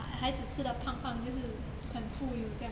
孩子吃的胖胖就是很富有这样